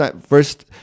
first